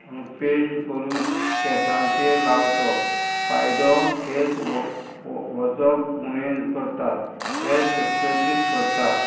paste करून केंसाचेर लावचो फायदो केंस वचप उणें करता केंस चकचकीत करता